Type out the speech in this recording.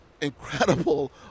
incredible